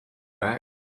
back